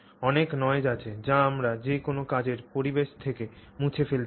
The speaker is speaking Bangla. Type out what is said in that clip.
অনেক নয়েজ আছে যা আমরা যে কোনও কাজের পরিবেশ থেকে মুছে ফেলতে চাই